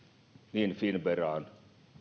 niin finnveraan